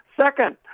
Second